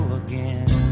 again